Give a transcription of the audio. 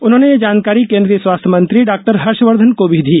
उन्होंने ये जानकारी केन्द्रीय स्वास्थ्य मंत्री डॉ हर्षवर्धन को भी दी